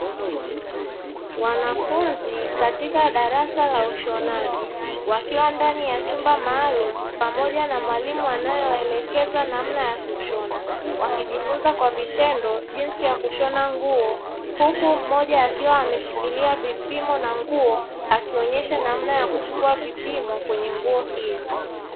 Wanafunzi katika darasa la ushonaji wakiwa ndani ya chumba maalumu pamoja na mwalimu anayewaelekeza namna ya kushona. Wakijifunza kwa vitendo jinsi ya kushona nguo huku mmoja akiwa ameshikilia vipimo na nguo, akionyesha namna ya kuchukua vipimo kwenye nguo hiyo.